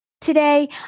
Today